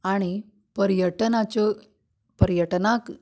आनी पर्यटनाच्यो पर्यटनाक